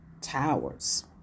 towers